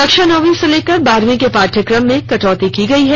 कक्षा नौंवी से लेकर बारहवीं के पाढ़्यक्रम में कटौती की गई है